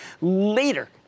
later